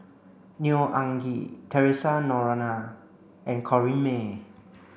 Neo Anngee Theresa Noronha and Corrinne May